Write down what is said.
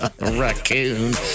raccoon